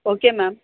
okay ma'am